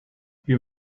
you